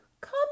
Come